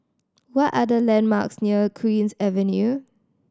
what are the landmarks near Queen's Avenue